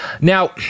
Now